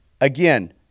Again